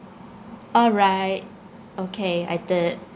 alright okay I did